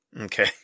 okay